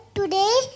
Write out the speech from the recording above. today